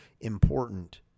important